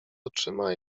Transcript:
oczyma